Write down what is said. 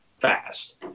fast